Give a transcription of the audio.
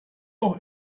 auch